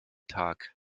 tag